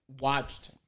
watched